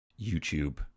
YouTube